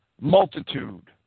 multitude